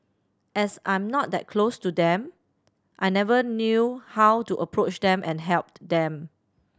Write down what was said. as I'm not that close to them I never knew how to approach them and help them